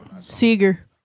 Seeger